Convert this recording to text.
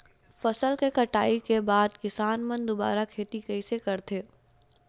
फसल के कटाई के बाद किसान मन दुबारा खेती कइसे करथे?